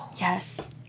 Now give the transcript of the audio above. Yes